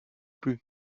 plus